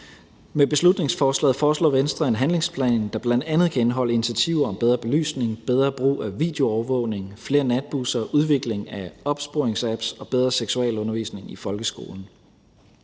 Med beslutningsforslaget foreslår Venstre en handlingsplan, der bl.a. kan indeholde initiativer om bedre belysning, bedre brug af videoovervågning, flere natbusser, udvikling af opsporingsapps og bedre seksualundervisning i folkeskolen.